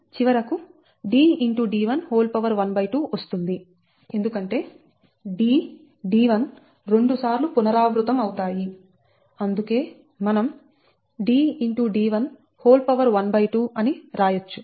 d112 వస్తుంది ఎందుకంటే Dd1 రెండు సార్లు పునరావృతం అవుతాయి అందుకే మనం D